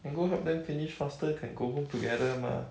can go help them finish faster can go home together mah